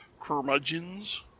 curmudgeons